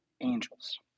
angels